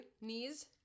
Knees